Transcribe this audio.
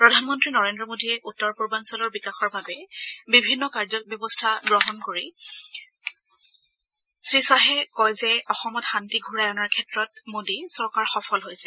প্ৰধানমন্ত্ৰী নৰেন্দ্ৰ মোদীয়ে উত্তৰ পূৰ্বাঞ্চলৰ বিকাশৰ বাবে বিভিন্ন কাৰ্যব্যৱস্থা গ্ৰহণ কৰিছে বুলি উল্লেখ কৰি শ্ৰীশ্বাহে কয় যে অসমত শান্তি ঘূৰাই অনাৰ ক্ষেত্ৰত মোদী চৰকাৰ সফল হৈছে